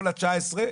כל ה-19,